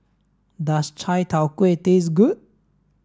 does Chai Tow Kway taste good